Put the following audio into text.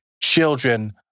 children